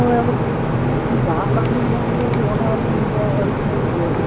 ᱦᱳᱭ ᱵᱟᱦᱟ ᱫᱟᱜ ᱚᱱᱟᱞᱤᱧ ᱟᱹᱲᱤᱥ ᱞᱤᱧ ᱵᱩᱡᱷᱟᱹᱣ ᱠᱮᱜᱼᱟ